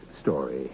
story